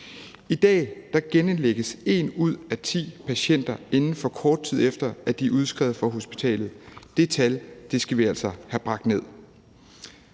I dag genindlægges en ud af ti patienter, inden for kort tid efter at de er udskrevet fra hospitalet. Det tal skal vi altså have bragt ned.